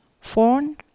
phone